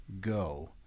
go